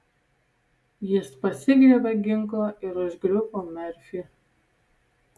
jis pasigriebė ginklą ir užgriuvo merfį